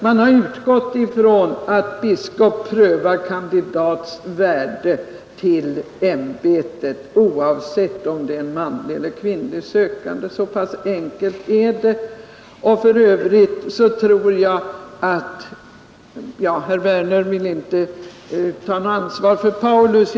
Man har utgått ifrån att biskop prövar kandidats värdighet till ämbetet, oavsett om det är en manlig eller kvinnlig sökande — så pass enkelt är det. Herr Werner vill inte ta något ansvar för Paulus.